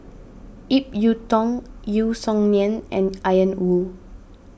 Ip Yiu Tung Yeo Song Nian and Ian Woo